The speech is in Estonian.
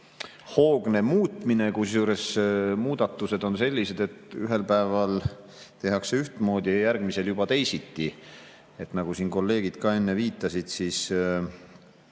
hoogne muutmine. Kusjuures muudatused on sellised, et ühel päeval tehakse ühtmoodi, järgmisel teisiti, nagu siin kolleegid ka enne viitasid. Ei saa